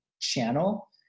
channel